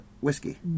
whiskey